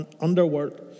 underworld